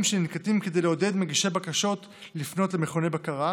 שננקטים כדי לעודד מגישי בקשות לפנות למכון בקרה,